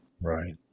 Right